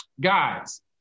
Guys